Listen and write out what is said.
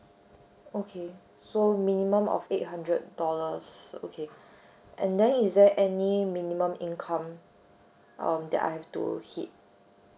okay so minimum of eight hundred dollars okay and then is there any minimum income um that I have to hit